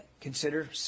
consider